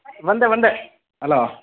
ಬಂದೆ ಬಂದೆ ಅಲೋ